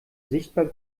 sichtbar